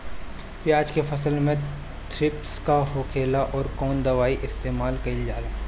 प्याज के फसल में थ्रिप्स का होखेला और कउन दवाई इस्तेमाल कईल जाला?